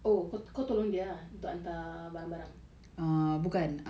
oh kau kau tolong dia ah untuk hantar barang-barang